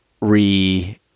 re